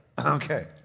Okay